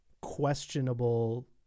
questionable